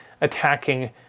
attacking